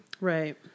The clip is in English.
Right